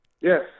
Yes